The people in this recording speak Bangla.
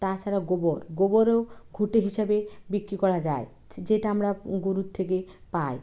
তাছাড়া গোবর গোবরও ঘুঁটে হিসেবে বিক্রি করা যায় যে যেটা আমরা গরুর থেকে পাই